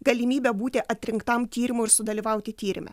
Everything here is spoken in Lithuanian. galimybę būti atrinktam tyrimui ir sudalyvauti tyrime